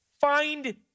Find